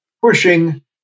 pushing